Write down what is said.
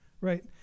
right